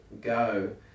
go